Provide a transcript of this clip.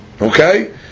Okay